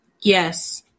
Yes